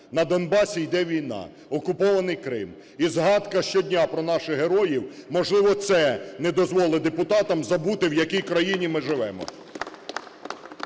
На Донбасі йде війна. Окупований Крим. І згадка щодня про наших героїв – можливо, це не дозволить депутатам забути, в якій країні ми живемо.